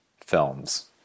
films